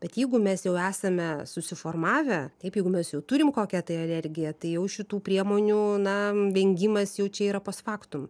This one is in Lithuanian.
bet jeigu mes jau esame susiformavę taip jeigu mes jau turim kokią tai energiją tai jau šitų priemonių na vengimas jau čia yra pos faktum